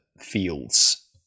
fields